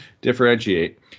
Differentiate